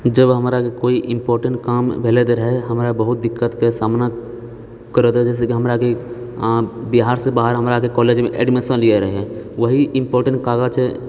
जब हमराके कोइ इम्पोर्टेन्ट काम भेलै रहै हमरा बहुत दिक्कतके सामना करऽ जैसेकि हमराकी बिहारसँ बाहर हमराके कॉलेज एडमिशन लिअऽ रहय वही इम्पोर्टेन्ट कागज छै